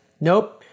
nope